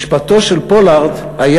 משפטו של פולארד היה